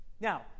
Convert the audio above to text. Now